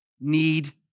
need